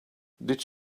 did